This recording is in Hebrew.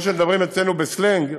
שמדברים אצלנו בסלנג,